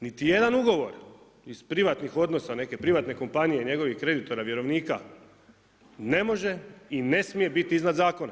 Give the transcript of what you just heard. Niti jedan ugovor iz privatnog odnosa neke privatne kopanije i njegovih kreditora, vjerovnika, ne može i ne smije biti iznad zakona.